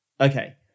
okay